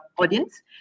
audience